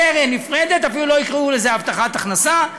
קרן נפרדת ואפילו לא יקראו לזה הבטחת הכנסה.